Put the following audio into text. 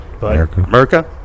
America